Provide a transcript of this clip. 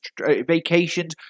vacations